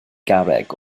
garreg